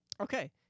Okay